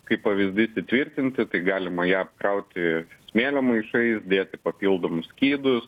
kaip pavyzdys įtvirtinti tai galima ją apkrauti smėlio maišais dėti papildomus skydus